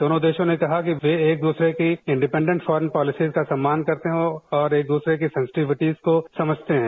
दोनों देशों ने कहा कि वे एक दूसरे के इंडीपेंडेंट फॉर्म पॉलिसी का सम्मान करते हैं और एक दूसरे की सनसिटिविटीज को समझते हैं